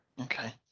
Okay